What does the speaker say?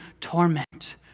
torment